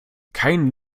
kein